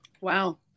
Wow